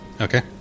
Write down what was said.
Okay